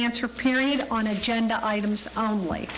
answer period on agenda items on li